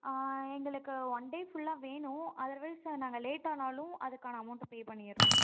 எங்களுக்கு one day ஃபுல்லாக வேணும் அதர்வைஸ் நாங்கள் லேட்டானாலும் அதுக்கான அமௌண்ட்ட பே பண்ணிடுறோம்